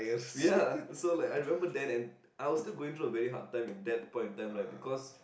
ya so like I remember that and I was still going through a very hard time in that point in time right because